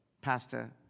Pastor